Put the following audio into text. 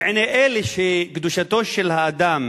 בעיני אלה שקדושתו של האדם